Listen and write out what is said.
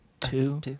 Two